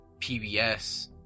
PBS